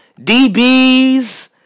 DBs